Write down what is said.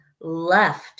left